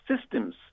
systems